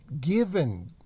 given